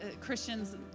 Christians